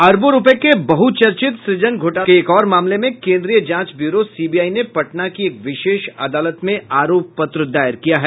अरबों रुपये के बहुचर्चित सुजन घोटाले के एक और मामले में केंद्रीय जांच ब्यूरो सीबीआई ने पटना की एक विशेष अदालत में आरोप पत्र दायर किया है